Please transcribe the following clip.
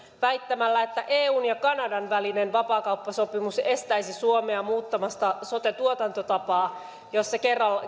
väittämällä että eun ja kanadan välinen vapaakauppasopimus estäisi suomea muuttamasta sote tuotantotapaa jossa